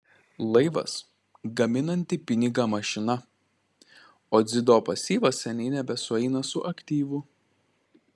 laivas gaminanti pinigą mašina o dzido pasyvas seniai nebesueina su aktyvu